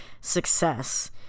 success